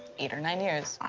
eight or nine years.